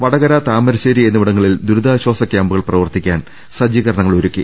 വടകര താമരശ്ശേരി എന്നിവിടങ്ങളിൽ ദുരിതാശ്ചാസ കൃാമ്പുകൾ പ്രവർത്തിക്കാൻ സജ്ജീകരണങ്ങൾ ഒരുക്കി